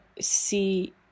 see